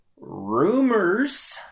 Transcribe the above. Rumors